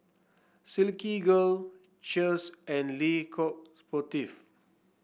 Silkygirl Cheers and Le Coq Sportif